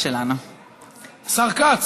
התשע"ח,2017,